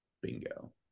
Bingo